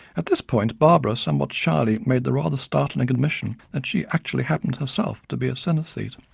at this point barbara somewhat shyly made the rather startling admission that she actually happened herself to be a synaesthete.